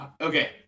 okay